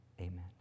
amen